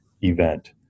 event